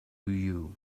you